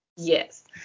Yes